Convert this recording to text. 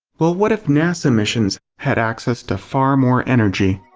well what if nasa missions had access to far more energy?